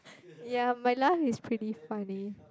ya my life is pretty funny